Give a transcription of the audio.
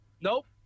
Nope